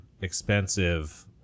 expensive